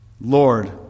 Lord